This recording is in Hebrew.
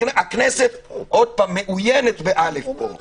הכנסת עוד פעם מאוינת באל"ף פה.